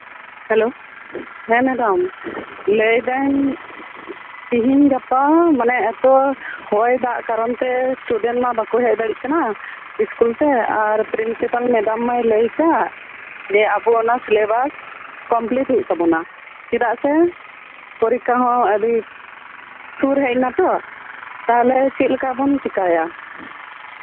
hello ᱦᱮᱸ madam ᱞᱟᱹᱭ ᱫᱟᱹᱧ ᱛᱮᱦᱤᱧ ᱜᱟᱯᱟ ᱮᱛᱚ ᱢᱟᱱᱮ ᱦᱚᱭ ᱫᱟᱜ ᱠᱟᱨᱚᱱ ᱛᱮ ᱤᱥᱴᱩᱰᱮᱱᱴ ᱢᱟ ᱵᱟᱠᱚ ᱦᱮᱡ ᱫᱟᱲᱮᱭᱟᱜ ᱠᱟᱱᱟ ᱤᱥᱠᱩᱞ ᱛᱮ ᱟᱨ ᱯᱨᱤᱱᱥᱤᱯᱟᱞ ᱢᱮᱰᱟᱢ ᱢᱟᱭ ᱞᱟᱹᱭ ᱠᱟᱜ ᱟᱵᱚ ᱚᱱᱟ ᱥᱤᱞᱮᱵᱟᱥ ᱠᱚᱢᱯᱤᱞᱤᱴ ᱦᱩᱭᱩᱜ ᱛᱟᱵᱚᱱᱟ ᱪᱮᱫᱟᱜ ᱥᱮ ᱯᱚᱨᱤᱠᱠᱷᱟ ᱦᱚᱸ ᱥᱩᱨ ᱦᱮᱡ ᱱᱟᱛᱚ ᱛᱟᱦᱞᱮ ᱪᱮᱫ ᱞᱮᱠᱟ ᱵᱚᱱ ᱪᱮᱠᱟᱭᱟ